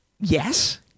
Yes